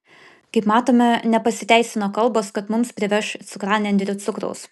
kaip matome nepasiteisino kalbos kad mums priveš cukranendrių cukraus